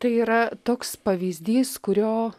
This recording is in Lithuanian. tai yra toks pavyzdys kurio